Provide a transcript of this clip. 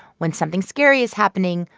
when something scary is happening,